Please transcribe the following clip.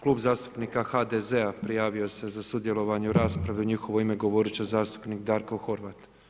Klub zastupnik HDZ-a prijavio se za sudjelovanje u raspravi, u njihovo ime govorit će zastupnik Darko Horvat.